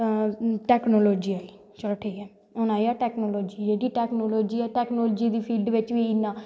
technology चलो ठीक ऐ हून आईया टैकनॉसजी टौकनॉलजी जेह्की ऐ टौकनॉलजी दी फिल्ड बिच्च बी इन्ना